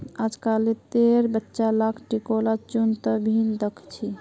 अजकालितेर बच्चा लाक टिकोला चुन त नी दख छि